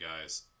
guys